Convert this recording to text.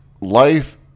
life